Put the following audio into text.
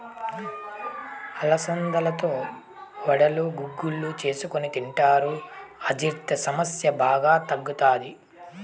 అలసందలతో వడలు, గుగ్గిళ్ళు చేసుకొని తింటారు, అజీర్తి సమస్య బాగా తగ్గుతాది